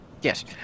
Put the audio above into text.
Yes